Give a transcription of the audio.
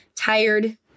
tired